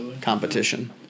competition